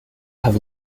have